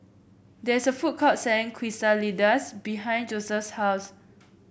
there is a food court selling Quesadillas behind Josef's house